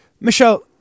Michelle